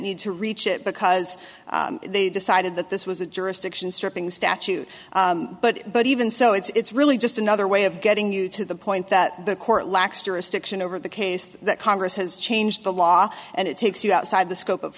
need to reach it because they decided that this was a jurisdiction stripping statute but but even so it's really just another way of getting you to the point that the court lacks jurisdiction over the case that congress has changed the law and it takes you outside the scope of